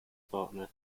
partner